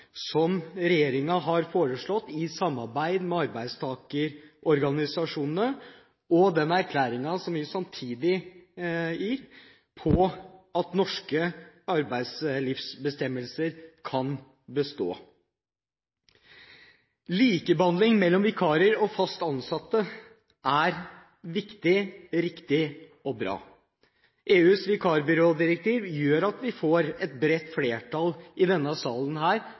som regjeringen har foreslått, i samarbeid med arbeidstakerorganisasjonene, og den erklæringen som vi samtidig gir, om at norske arbeidslivsbestemmelser kan bestå. Likebehandling mellom vikarer og fast ansatte er viktig, riktig og bra. EUs vikarbyrådirektiv gjør at vi får et bredt flertall i denne salen